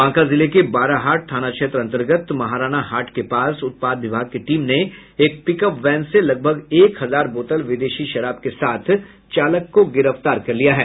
बांका जिले के बाराहाट थाना क्षेत्र अन्तर्गत महाराणा हाट के पास उत्पाद विभाग की टीम ने एक पिकअप वैन से लगभग एक हजार बोतल विदेशी शराब के साथ चालक को गिरफ्तार किया है